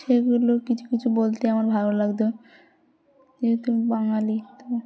সেগুলো কিছু কিছু বলতে আমার ভালো লাগতো যেহেতু বাঙালি তো